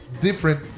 different